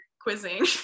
quizzing